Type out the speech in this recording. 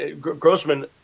Grossman